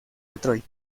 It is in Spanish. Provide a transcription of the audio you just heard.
detroit